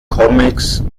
comics